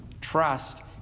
trust